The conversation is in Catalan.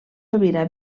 sobirà